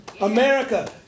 America